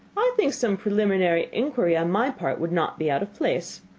i think some preliminary inquiry on my part would not be out of place.